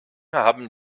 haben